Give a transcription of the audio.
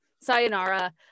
Sayonara